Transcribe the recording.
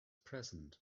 present